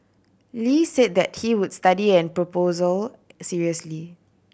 Lee said that he would study an proposal seriously